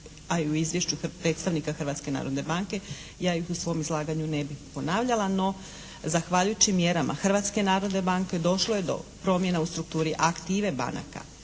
a i u izvješću predstavnika Hrvatske narodne banke ja ih u svom izlaganju ne bih ponavljala no zahvaljujući mjerama Hrvatske narodne banke došlo je do promjena u strukturi aktive banaka.